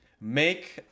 Make